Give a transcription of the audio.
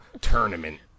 Tournament